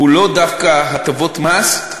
לא דווקא הטבות מס,